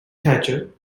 thatcher